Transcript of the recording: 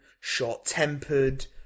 short-tempered